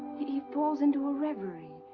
he. he falls into a reverie.